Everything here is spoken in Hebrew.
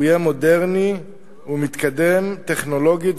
הוא יהיה מודרני ומתקדם טכנולוגית,